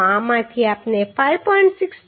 તો આમાંથી આપણે 5